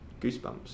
goosebumps